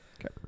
Okay